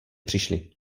přišly